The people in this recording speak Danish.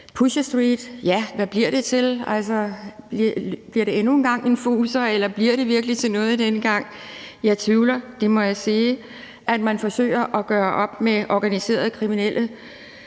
Pusher Street. Ja, og hvad bliver det til? Bliver det endnu en gang en fuser, eller bliver det virkelig til noget denne gang? Jeg tvivler; det må jeg sige. Man forsøger at gøre op med organiserede kriminelle